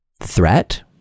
threat